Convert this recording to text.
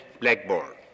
blackboard